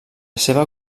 seva